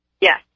Yes